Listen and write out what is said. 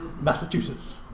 Massachusetts